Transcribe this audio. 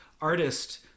artist